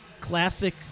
classic